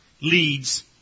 leads